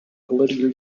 political